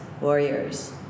warriors